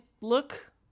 look